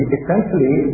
Essentially